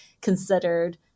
considered